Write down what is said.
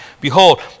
Behold